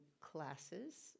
classes